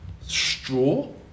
straw